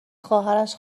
خواهرش